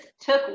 took